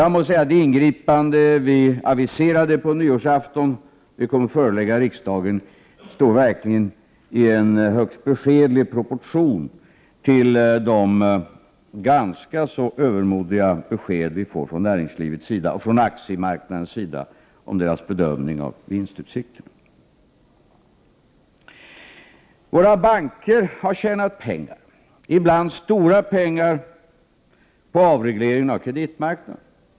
Jag måste säga att det ingripande som vi på nyårsaftonen aviserade att vi kommer att föreslå riksdagen verkligen står i högst beskedlig proportion till de ganska så övermodiga besked som vi får från näringslivets och aktiemarknadens sida om deras bedömning av vinstutsikterna. Våra banker har tjänat pengar, ibland stora pengar, på avregleringen av kreditmarknaden.